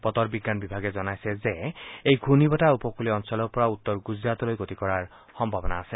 বতৰ বিজ্ঞান বিভাগে জনাইছে যে এই ঘূৰ্ণি বতাহ উপকূলীয় অঞ্চলৰ পৰা উত্তৰ গুজৰাটলৈ গতি কৰাৰ সম্ভাৱনা আছে